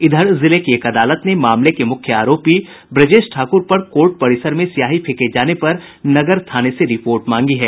इधर जिले की एक अदालत ने मामले के मुख्य आरोपी ब्रजेश ठाकुर पर कोर्ट परिसर में स्याही फेंके जाने पर नगर थाने से रिपोर्ट मांगी है